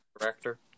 director